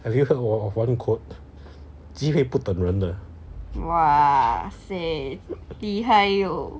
have you heard of one quote 机会不等人的